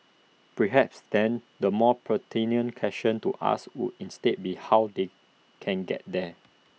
perhaps then the more pertinent question to ask would instead be how they can get there